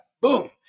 Boom